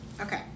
Okay